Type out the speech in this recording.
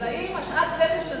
אבל האם השאט נפש הזה